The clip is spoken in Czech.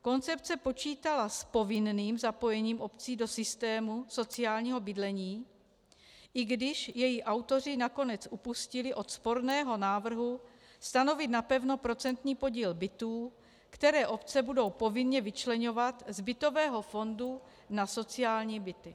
Koncepce počítala s povinným zapojením obcí do systému sociálního bydlení, i když její autoři nakonec upustili od sporného návrhu stanovit napevno procentní podíl bytů, které obce budou povinně vyčleňovat z bytového fondu na sociální byty.